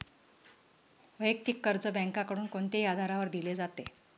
वैयक्तिक कर्ज बँकांकडून कोणत्याही आधारावर दिले जाते